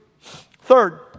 Third